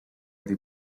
the